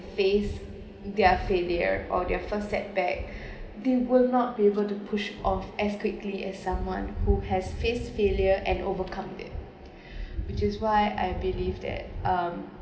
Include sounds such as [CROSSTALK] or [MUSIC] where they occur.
face their failure or their first setback [BREATH] they will not be able to push off as quickly as someone who has faced failure and overcome it [BREATH] which is why I believe that um